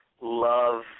love